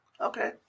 Okay